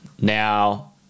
Now